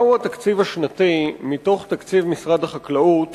מהו התקציב השנתי מתוך תקציב משרד החקלאות